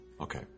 Okay